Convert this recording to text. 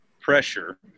pressure